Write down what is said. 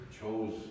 chose